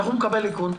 איך הוא מקבל איכון?